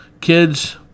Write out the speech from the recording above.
Kids